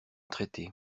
traités